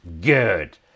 good